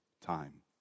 time